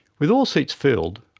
with all seats filled,